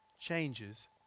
changes